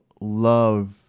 love